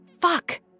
Fuck